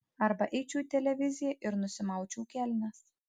arba eičiau į televiziją ir nusimaučiau kelnes